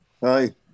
Hi